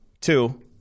Two